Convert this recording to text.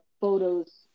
photos